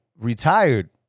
retired